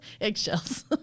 eggshells